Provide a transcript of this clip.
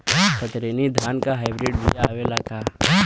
कतरनी धान क hybrid बिया आवेला का?